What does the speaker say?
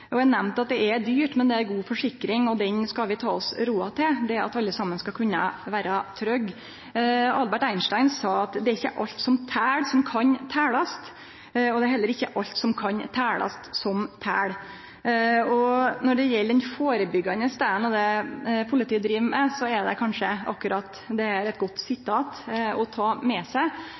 landet. Eg nemnde at det er dyrt, men det er ei god forsikring, og det skal vi ta oss råd til. Alle skal kunne vere trygge. Albert Einstein sa at det ikkje er alt som tel som kan teljast, og det er heller ikkje alt som kan teljast som tel. Når det gjeld den førebyggjande delen og det som politiet driv med, er kanskje akkurat dette eit godt sitat å ta med seg.